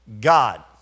God